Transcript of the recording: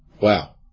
Wow